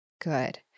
Good